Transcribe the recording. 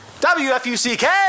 WFUCK